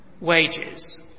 wages